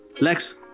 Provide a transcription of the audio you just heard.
Lex